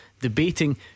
Debating